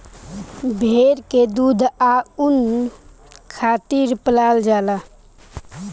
भेड़ के दूध आ ऊन खातिर पलाल जाला